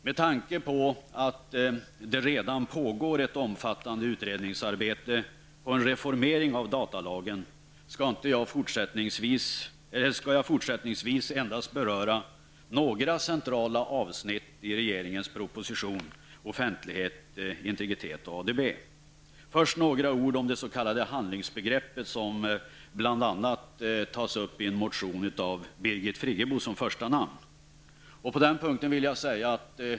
Med tanke på att det redan pågår ett omfattande utredningsarbete på en reformering av datalagen skall jag fortsättningsvis endast beröra några centrala avsnitt i regeringens proposition Först några ord om det s.k. handlingsbegreppet som bl.a. tas upp i en motion med Birgit Friggebo som första namn.